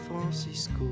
Francisco